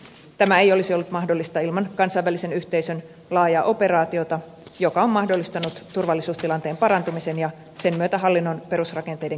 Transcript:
tämä ei olisi ollut mahdollista ilman kansainvälisen yhteisön laajaa operaatiota joka on mahdollistanut turvallisuustilanteen parantumisen ja sen myötä hallinnon perusrakenteiden kehittymisen